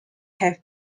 have